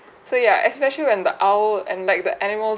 so ya especially when the owl and like the animals